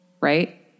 right